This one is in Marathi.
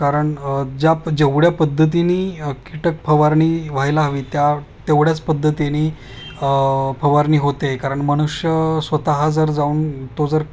कारण ज्या जेवढ्या पद्धतीने कीटक फवारणी व्हायला हवी त्या तेवढ्याच पद्धतीने फवारणी होते कारण मनुष्य स्वतः जर जाऊन तो जर